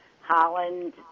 Holland